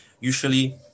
usually